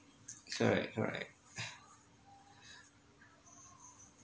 correct correct